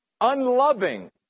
Unloving